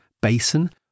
basin